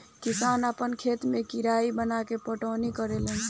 किसान आपना खेत मे कियारी बनाके पटौनी करेले लेन